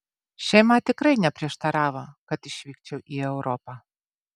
šeima tikrai neprieštaravo kad išvykčiau į europą